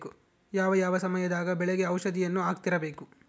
ಯಾವ ಯಾವ ಸಮಯದಾಗ ಬೆಳೆಗೆ ಔಷಧಿಯನ್ನು ಹಾಕ್ತಿರಬೇಕು?